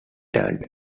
turned